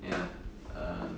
ya uh